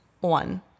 one